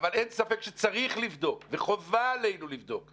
-- אבל אין ספק שצריך לבדוק וחובה עלינו לבדוק,